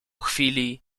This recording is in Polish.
chwili